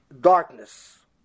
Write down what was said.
darkness